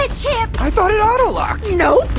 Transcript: ah chip! i thought it auto-locked! nope!